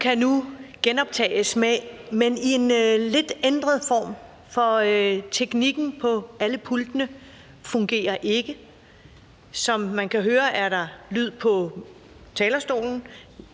Mødet kan nu genoptages, men i en lidt ændret form. For teknikken på alle pladserne fungerer ikke. Som man kan høre, er der lyd på formandsstolen,